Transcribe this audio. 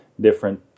different